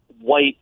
white